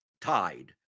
tied